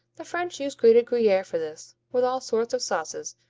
the french use grated gruyere for this with all sorts of sauces,